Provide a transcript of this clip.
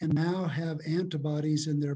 and now have antibodies in their